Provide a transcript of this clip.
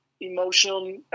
emotional